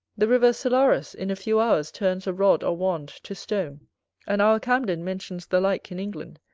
the river selarus in a few hours turns a rod or wand to stone and our camden mentions the like in england,